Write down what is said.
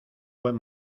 buen